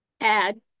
add